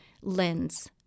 lens